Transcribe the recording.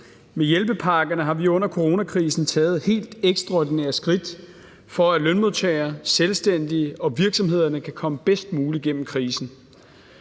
Med hjælpepakkerne har vi under coronakrisen taget helt ekstraordinære skridt, for at lønmodtagere, selvstændige og virksomheder kan komme bedst muligt gennem krisen.